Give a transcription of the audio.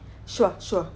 sure sure